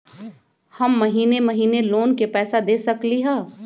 हम महिने महिने लोन के पैसा दे सकली ह?